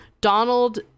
donald